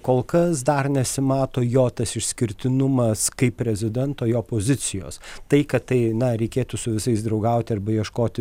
kol kas dar nesimato jo tas išskirtinumas kaip prezidento jo pozicijos tai kad tai na reikėtų su visais draugauti arba ieškoti